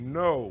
no